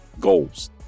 goals